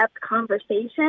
conversation